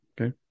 okay